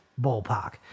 ballpark